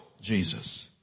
Jesus